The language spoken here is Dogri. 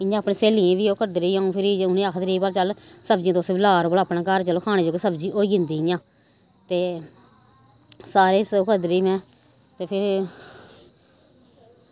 इ'यां अपनी स्हेलियें गी बी ओह् करदी रेही अ'ऊं फिरी जे उ'नेंगी आखदी रेही भई चल सब्जियां तुस बी ला करो भला अपने घर चलो खाने जोगी सब्जी होई जंदी इ'यां ते सारें गी ओह् करदी रेही में ते फिर